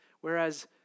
whereas